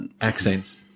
Accents